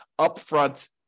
upfront